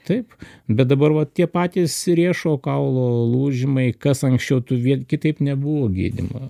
taip bet dabar va tie patys riešo kaulo lūžimai kas anksčiau tu vėl kitaip nebuvo gydymo